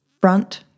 front